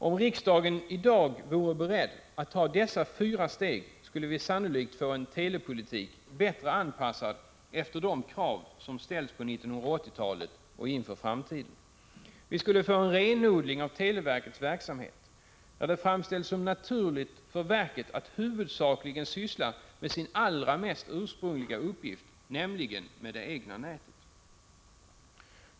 Om riksdagen i dag vore beredd att ta dessa fyra steg skulle vi sannolikt få en telepolitik bättre anpassad efter de krav som ställs på 1980-talet och inför framtiden. Vi skulle få en renodling av televerkets verksamhet, där det framställs som naturligt för verket att huvudsakligen syssla med sin allra mest ursprungliga uppgift, nämligen det egna nätet.